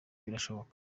birashoboka